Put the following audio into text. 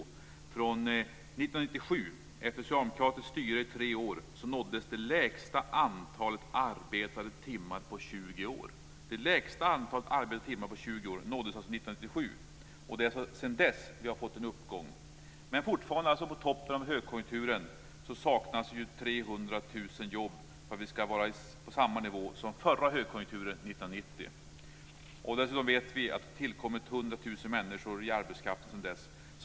1997, efter socialdemokratiskt styre i tre år, nåddes det lägsta antalet arbetade timmar på 20 år. Sedan dess har vi fått en uppgång. Men fortfarande, dvs. på toppen av högkonjunkturen, saknas 300 000 jobb för att vi ska vara på samma nivå som under den förra högkonjunkturen 1990. Dessutom vet vi att det har tillkommit 100 000 människor i arbetskraft sedan dess.